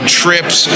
trips